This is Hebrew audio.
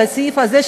לסעיף הזה,